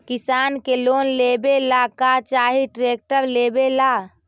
किसान के लोन लेबे ला का चाही ट्रैक्टर लेबे ला?